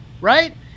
right